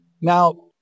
now